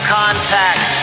contact